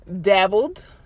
dabbled